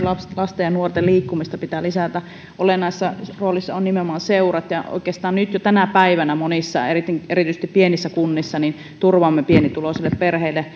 lasten ja nuorten liikkumista pitää lisätä olennaisessa roolissa ovat nimenomaan seurat ja oikeastaan nyt jo tänä päivänä monissa erityisesti pienissä kunnissa turvaamme pienituloisten perheiden